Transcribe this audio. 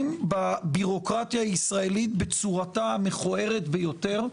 בבירוקרטיה הישראלית בצורתה המכוערת ביותר,